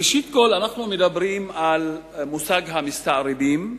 ראשית כול, אנחנו מדברים על מושג המסתערבים,